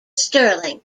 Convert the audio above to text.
sterling